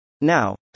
Now